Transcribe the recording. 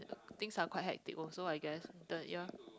things are quite hectic also I guess the ya